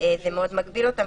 מאוד מגביל אותם,